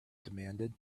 demanded